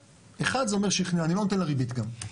1 זה אומר ש- -- אני לא נותן לה ריבית גם.